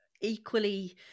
equally